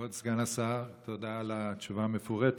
כבוד סגן השר, תודה על התשובה המפורטת,